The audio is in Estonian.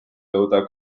nõuda